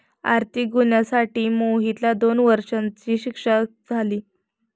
आर्थिक गुन्ह्यासाठी मोहितला दोन वर्षांची शिक्षा झाली